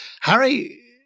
Harry